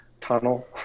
tunnel